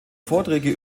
vorträge